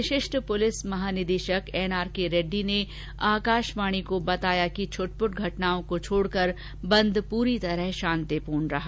विशिष्ट पुलिस महानिदेशक एन आर के रेड़डी ने आकाशवाणी को बताया कि छट पुट घटनाओं को छोड़कर बंद पूरी तरह शांतिपूर्ण रहा